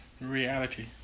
Reality